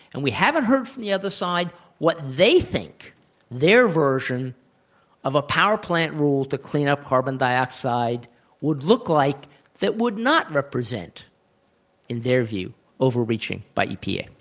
and we haven't heard from the other side what they think their version of a power plant rule to clean up carbon dioxide would look like that would not represent in their view overreaching by epa.